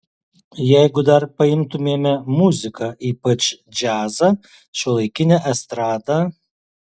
jeigu dar paimtumėme muziką ypač džiazą šiuolaikinę estradą